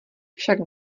však